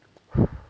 who